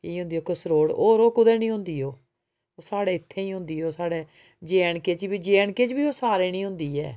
इ'यां होंदी कसरोड होर ओह् कुदै नी होंदी ओह् ओह् साढ़ै इत्थै ई होंदी ओह् साढ़ै जे ऐंड के च बी जे ऐंड के च बी सारै नी होंदी ऐ